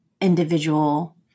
individual